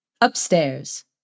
Upstairs